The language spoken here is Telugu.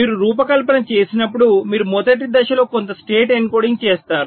మీరు రూపకల్పన చేసినప్పుడు మీరు మొదటి దశలో కొంత స్టేట్ ఎన్కోడింగ్ చేస్తారు